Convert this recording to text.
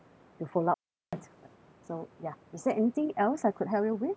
to follow up on that alright so ya is there anything else I could help you with